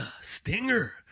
Stinger